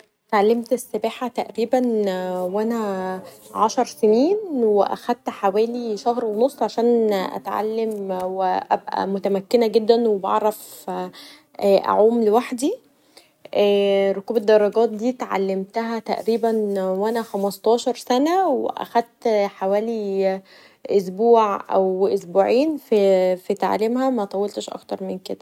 اتعلمت السباحه تقريبا و أنا عشر سنين و اخدت حوالي شهر ونص عشان أتعلم و ابقي متمكنه و بعرف أعوم لوحدي و ركوب الدرجات اتعلمته وانا خمستاشر سنه واخدت حوالي اسبوع او اسبوعين في تعليمها مخدتش اكتر من كدا.